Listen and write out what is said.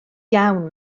iawn